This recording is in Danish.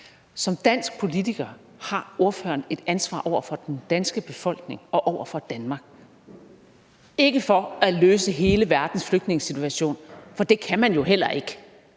Som dansk politiker har ordføreren et ansvar over for den danske befolkning og over for Danmark, ikke for at løse hele verdens flygtningesituation, for det kan man jo heller ikke.